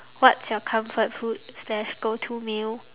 what's your comfort food slash go to meal